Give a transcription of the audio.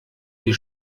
die